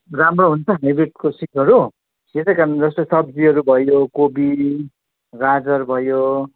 राम्रो हुन्छ हाइब्रिडको सिडहरू त्यसै कारण जस्तो सब्जीहरू भयो कोपी गाजर भयो